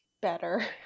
better